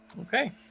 okay